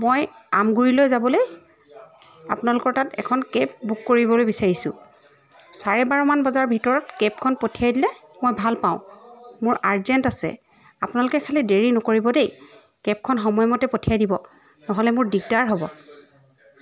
মই আমগুৰিলৈ যাবলৈ আপোনালোকৰ তত এখন কেব বুক কৰিবলৈ বিছাৰিছোঁ চাৰে বাৰমান বজাৰ ভিতৰত কেবখন পঠিয়াই দিলে মই ভাল পাওঁ মোৰ আৰ্জেণ্ট আছে আপোনালোকে খালি দেৰী নকৰিব দেই কেবখন সময়মতে পঠিয়াই দিব নহ'লে মোৰ দিগদাৰ হ'ব